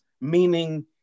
meaning